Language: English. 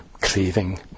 craving